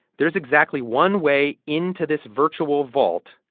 there's exactly one way into this virtual vault,